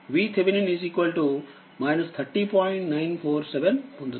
947 పొందుతారు